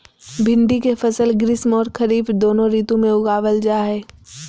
भिंडी के फसल ग्रीष्म आर खरीफ दोनों ऋतु में उगावल जा हई